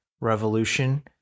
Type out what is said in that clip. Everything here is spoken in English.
revolution